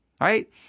right